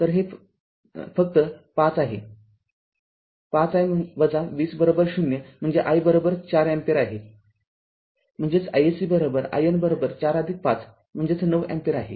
तरहे फक्त ५ I आहे हे फक्त ५ i २०० म्हणजेच i ४ अँपिअर आहे म्हणजेच iSC IN ४५म्हणजेच ९ अँपिअर आहे